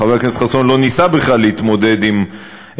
חבר הכנסת חסון לא ניסה בכלל להתמודד עם עובדות,